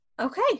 Okay